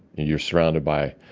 you're surrounded by,